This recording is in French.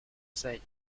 seille